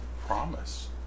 promise